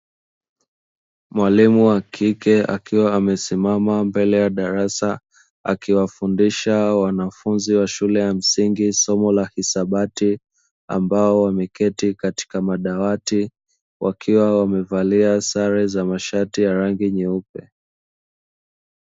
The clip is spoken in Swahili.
Mwalimu wa kike akiwa amesimama mbele ya darasa akiwafundisha wanafunzi wa shule ya msingi somo la hisabati ambao wameketi katika madawati ambao wamevalia sare ya rangi nyeupe.